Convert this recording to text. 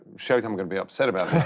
showtime's gonna be upset about this.